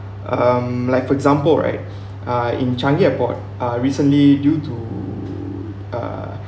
um like for example right uh in changi airport uh recently due to uh